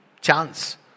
chance